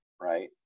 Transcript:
right